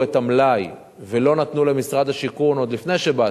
את המלאי ולא נתנו למשרד השיכון עוד לפני שבאתי,